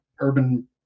Urban